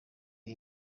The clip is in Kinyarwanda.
iri